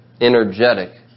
energetic